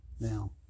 Now